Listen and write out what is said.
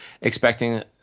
expecting